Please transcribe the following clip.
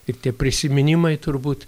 ir tie prisiminimai turbūt